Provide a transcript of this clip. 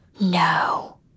No